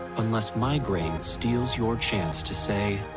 unless migraine steals your chance to say.